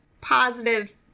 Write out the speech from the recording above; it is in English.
positive